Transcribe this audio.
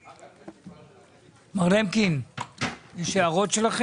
2023-001137. מר למקין, יש לכם הערות?